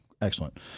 Excellent